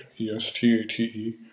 E-S-T-A-T-E